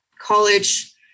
college